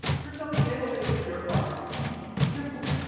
turns out, the analytics here are easy, simple.